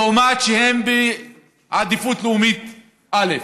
למרות שהם בעדיפות לאומית א'.